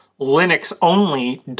Linux-only